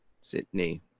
Sydney